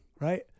Right